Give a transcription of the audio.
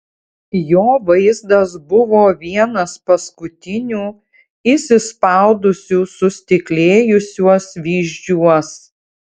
jo vaizdas buvo vienas paskutinių įsispaudusių sustiklėjusiuos vyzdžiuos